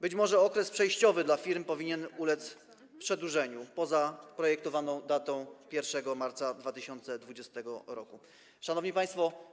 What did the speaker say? Być może okres przejściowy dla firm powinien ulec przedłużeniu poza projektowaną datę 1 marca 2020 r. Szanowni Państwo!